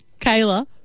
Kayla